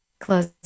Close